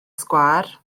sgwâr